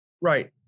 Right